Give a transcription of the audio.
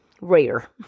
rare